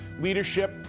leadership